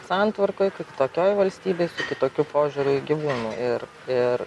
santvarkoj kaip tokioj valstybėj su kitokiu požiūriu į gyvūnų ir ir